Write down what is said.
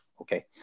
Okay